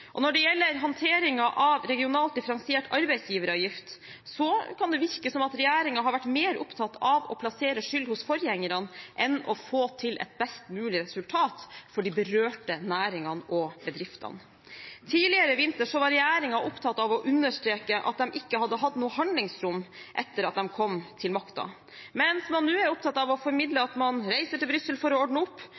Når det gjelder håndteringen av regionalt differensiert arbeidsgiveravgift, kan det virke som regjeringen har vært mer opptatt av å plassere skyld hos forgjengerne enn å få til et best mulig resultat for de berørte næringene og bedriftene. Tidligere i vinter var regjeringen opptatt av å understreke at de ikke hadde hatt noe handlingsrom etter at de kom til makten, mens man nå er opptatt av å formidle at man reiser til Brussel for å ordne opp,